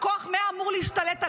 וכוח 100 אמור להשתלט עליהם.